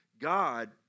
God